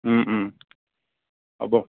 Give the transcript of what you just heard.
হ'ব